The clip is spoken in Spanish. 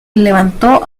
levantó